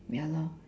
ya lor